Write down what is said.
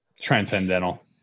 transcendental